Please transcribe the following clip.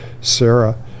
Sarah